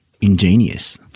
ingenious